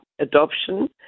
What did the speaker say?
adoption